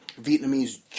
Vietnamese